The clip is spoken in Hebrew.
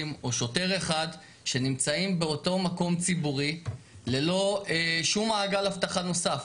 או שוטר אחד שנמצאים באותו מקום ציבורי ללא שום מעגל אבטחה נוסף.